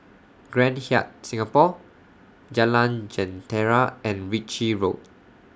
Grand Hyatt Singapore Jalan Jentera and Ritchie Road